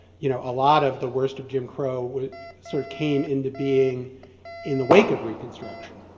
you know a lot of the worst of jim crow sort of came into being in the wake of reconstruction,